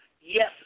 Yes